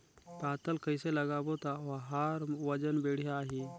पातल कइसे लगाबो ता ओहार वजन बेडिया आही?